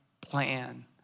plan